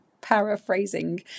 paraphrasing